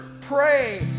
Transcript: pray